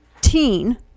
teen